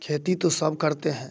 खेती तो सब करते हैं